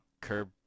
curb